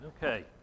Okay